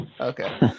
okay